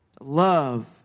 love